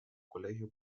colegio